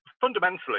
fundamentally